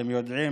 אתם יודעים,